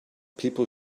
people